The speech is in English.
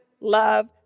love